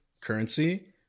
currency